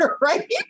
right